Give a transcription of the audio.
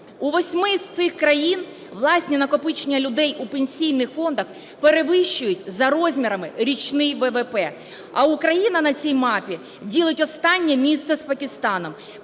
У восьми з цих країн власні накопичення людей у пенсійних фондах перевищують за розмірами річний ВВП. А Україна на цій мапі ділить останнє місце з Пакистаном.